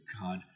God